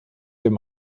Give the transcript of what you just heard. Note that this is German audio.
dem